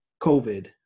COVID